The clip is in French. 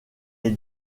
est